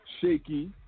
shaky